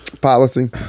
policy